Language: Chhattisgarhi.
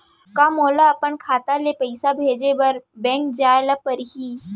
का मोला अपन खाता ले पइसा भेजे बर बैंक जाय ल परही?